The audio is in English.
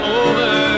over